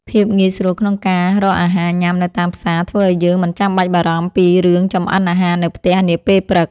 ភាពងាយស្រួលក្នុងការរកអាហារញ៉ាំនៅតាមផ្សារធ្វើឱ្យយើងមិនចាំបាច់បារម្ភពីរឿងចំអិនអាហារនៅផ្ទះនាពេលព្រឹក។